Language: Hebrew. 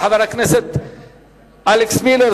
לחבר הכנסת אלכס מילר,